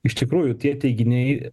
iš tikrųjų tie teiginiai